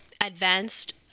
advanced